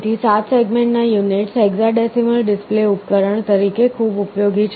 તેથી 7 સેગમેન્ટના units hexadecimal display ઉપકરણ તરીકે ખૂબ ઉપયોગી છે